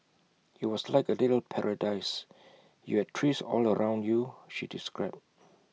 IT was like A little paradise you had trees all around you she described